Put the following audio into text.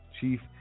chief